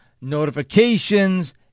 notifications